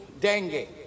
dengue